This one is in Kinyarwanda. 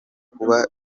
kuba